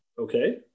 Okay